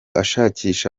ashakisha